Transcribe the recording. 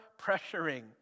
pressuring